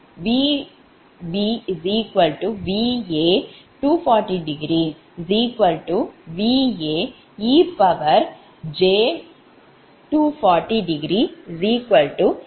எனவேVb Va∠240° Vaej240° Va